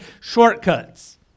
shortcuts